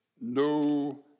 No